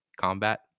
combat